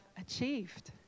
achieved